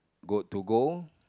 go to go